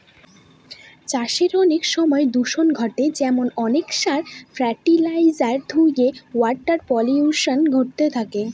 চাষে অনেক সময় দূষন ঘটে যেমন অনেক সার, ফার্টিলাইজার ধূয়ে ওয়াটার পলিউশন ঘটে থাকে